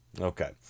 Okay